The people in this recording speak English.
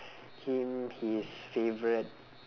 him his favourite